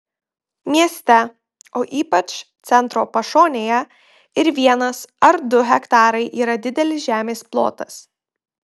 mieste o ypač centro pašonėje ir vienas ar du hektarai yra didelis žemės plotas